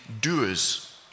doers